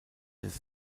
des